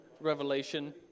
Revelation